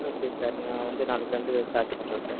okay sir நான் வந்து நாளைக்கு வந்து சார்ஜ் பண்ணுறேன் சார்